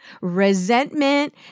resentment